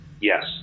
Yes